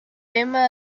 emblema